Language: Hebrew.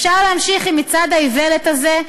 אפשר להמשיך עם מצעד האיוולת הזה,